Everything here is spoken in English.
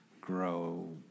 grow